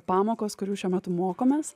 pamokos kurių šiuo metu mokomės